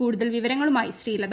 കൂടുതൽ വിവരങ്ങളുമായി ശ്രീലത